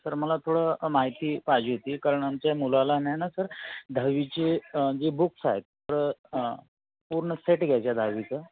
sir मला थोडं माहिती पाहिजे होती कारण आमच्या मुलाला ना ना सर दहावीचे जे बुक्स आहेत थोडं पूर्ण सेट घ्यायच्या दहावीचं